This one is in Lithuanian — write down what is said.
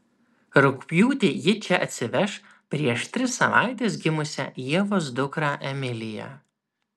rugpjūtį ji čia atsiveš prieš tris savaites gimusią ievos dukrą emiliją